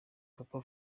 papa